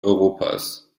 europas